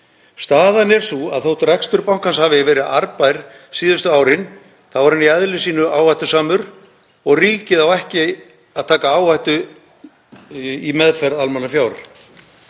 Staðan er sú að þótt rekstur bankans hafi verið arðbær síðustu árin þá er hann í eðli sínu áhættusamur og ríkið á ekki að taka áhættu í meðferð almannafjár.